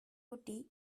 like